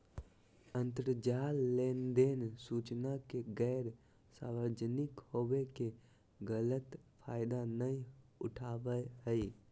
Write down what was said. अंतरजाल लेनदेन सूचना के गैर सार्वजनिक होबो के गलत फायदा नयय उठाबैय हइ